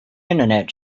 internet